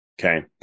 Okay